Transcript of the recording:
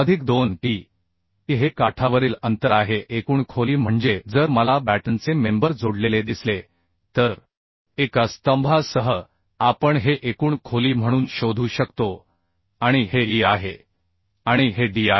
अधिक 2 E E हे काठावरील अंतर आहे एकूण खोली म्हणजे जर मला बॅटनचे मेंबर जोडलेले दिसले तर एका स्तंभासह आपण हे एकूण खोली म्हणून शोधू शकतो आणि हे E आहे आणि हे D आहे